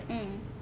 mm